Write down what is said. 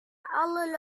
alle